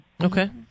Okay